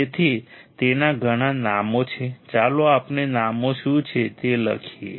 તેથી તેના ઘણા નામો છે ચાલો આપણે નામો શું છે તે લખીએ